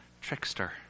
trickster